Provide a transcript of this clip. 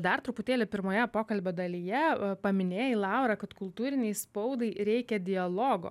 dar truputėlį pirmoje pokalbio dalyje paminėjai laurą kad kultūrinei spaudai reikia dialogo